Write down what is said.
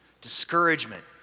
discouragement